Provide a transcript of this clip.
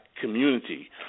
community